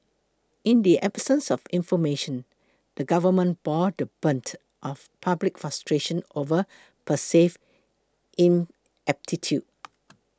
in the absence of information the government bore the brunt of public frustration over perceived ineptitude